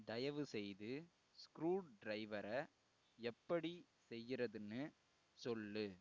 தயவுசெய்து ஸ்க்ரூ ட்ரைவரை எப்படி செய்கிறதுன்னு சொல்லு